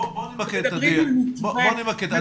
בואי נמקד את הדיון.